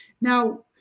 Now